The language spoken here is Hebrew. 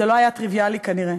זה לא היה טריוויאלי, כנראה.